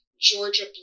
Georgia